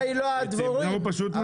עצים.